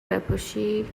بپوشی